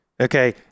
okay